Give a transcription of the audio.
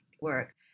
work